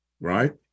right